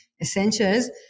essentials